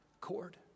cord